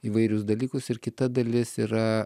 įvairius dalykus ir kita dalis yra